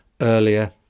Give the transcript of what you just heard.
earlier